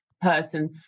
person